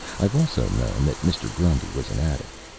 i've also known that mr. grundy was an addict.